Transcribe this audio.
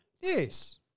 Yes